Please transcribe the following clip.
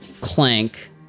clank